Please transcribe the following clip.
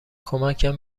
کمکم